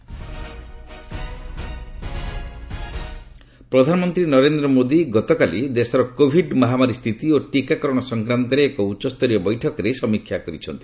PM Covid nineteen ପ୍ରଧାନମନ୍ତ୍ରୀ ନରେନ୍ଦ ମୋଦି ଗତକାଲି ଦେଶର କୋଭିଡ ମହାମାରୀ ସ୍ଥିତି ଓ ଟିକାକରଣ ସଂକ୍ରାନ୍ତରେ ଏକ ଉଚ୍ଚସ୍ତରୀୟ ବୈଠକରେ ସମୀକ୍ଷା କରିଛନ୍ତି